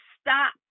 stop